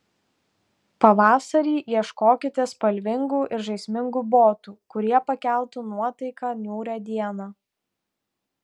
pavasarį ieškokite spalvingų ir žaismingų botų kurie pakeltų nuotaiką niūrią dieną